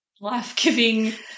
life-giving